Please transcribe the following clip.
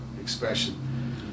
expression